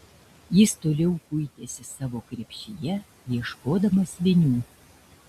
jis toliau kuitėsi savo krepšyje ieškodamas vinių